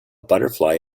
butterfly